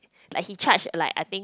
like he charge like I think